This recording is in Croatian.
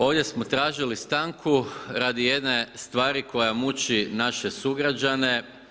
Ovdje smo tražili stanku radi jedne stvari koja muči naše sugrađane.